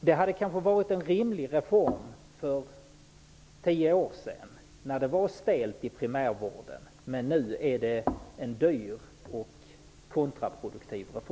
Det hade kanske varit en rimlig reform för tio år sedan, när det var stelt inom primärvården, men nu är det en dyr och kontraproduktiv reform.